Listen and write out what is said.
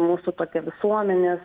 mūsų tokia visuomenės